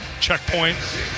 checkpoint